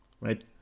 right